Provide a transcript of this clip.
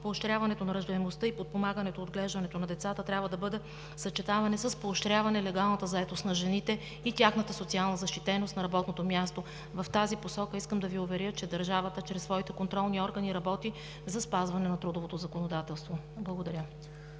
поощряването на раждаемостта и подпомагане отглеждането на децата трябва да бъде съчетано с поощряване легалната заетост на жените и тяхната социална защитеност на работното място. В тази посока искам да Ви уверя, че държавата чрез своите контролни органи работи за спазване на трудовото законодателство. Благодаря.